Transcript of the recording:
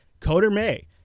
CODERMAY